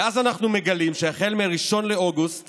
ואז אנחנו מגלים שהחל מ-1 באוגוסט